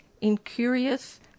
incurious